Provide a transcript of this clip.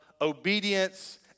obedience